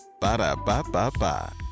Ba-da-ba-ba-ba